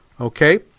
Okay